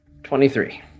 23